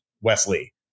Wesley